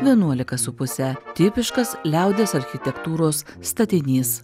vienuolika su puse tipiškas liaudies architektūros statinys